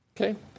Okay